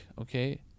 okay